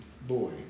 Boy